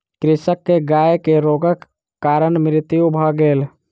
कृषक के गाय के रोगक कारण मृत्यु भ गेल